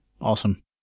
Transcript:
awesome